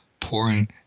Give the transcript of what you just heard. pouring